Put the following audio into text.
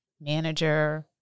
manager